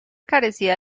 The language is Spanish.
carecía